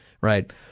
right